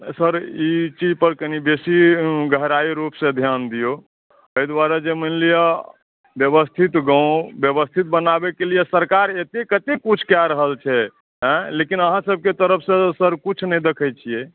तऽ सर ई चीजपर कनि बेसीए गहराइ रूपसँ ध्यान दियौ एहि दुआरे जे मानि लिअ व्यवस्थित गाँव व्यवस्थित बनाबय के लिए सरकार एतेक कतेक कुछ कए रहल छै आँय लेकिन अहाँसभके तरफसँ सर कुछ नहि देखैत छियै